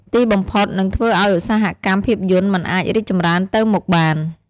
ទីបំផុតនឹងធ្វើឱ្យឧស្សាហកម្មភាពយន្តមិនអាចរីកចម្រើនទៅមុខបាន។